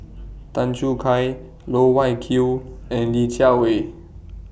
Tan Choo Kai Loh Wai Kiew and Li Jiawei